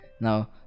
now